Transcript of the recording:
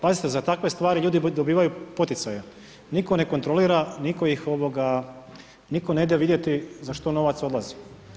Pazite za takve stvari ljudi dobivaju poticaje, niko ne kontrolira niko ih ovoga niko ne ide vidjeti za što novac odlazi.